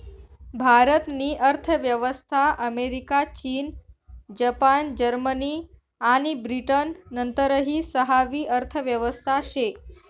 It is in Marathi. भारत नी अर्थव्यवस्था अमेरिका, चीन, जपान, जर्मनी आणि ब्रिटन नंतरनी सहावी अर्थव्यवस्था शे